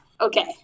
Okay